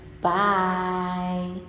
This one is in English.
Bye